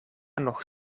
nog